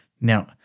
Now